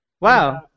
Wow